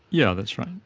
yeah that's right,